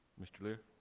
mr. leer.